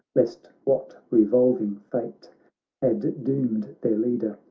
lest what revolving fate had doomed their leader,